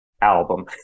album